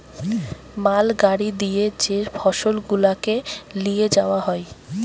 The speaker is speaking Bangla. মাল গাড়ি দিয়ে যে ফসল গুলাকে লিয়ে যাওয়া হয়